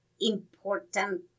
important